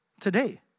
today